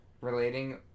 Relating